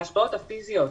ההשפעות הפיסיות,